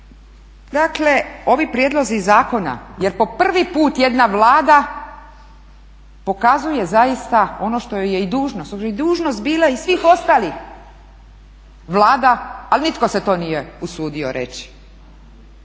Dakle, ovi prijedlozi zakona, jer po prvi put jedna Vlada pokazuje zaista ono što joj je i dužnost, što je dužnost bila i svih ostalih vlada ali nitko se to nije usudio reći.